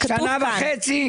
שנה וחצי?